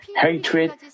hatred